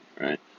right